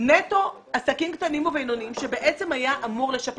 נטו עסקים קטנים ובינוניים שבעצם היה אמור לשפר